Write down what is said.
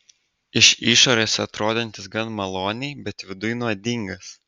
iš išorės atrodantis gan maloniai bet viduj nuodingas